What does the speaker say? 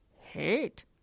Hate